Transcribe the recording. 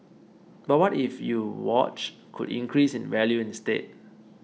but what if you watch could increase in value instead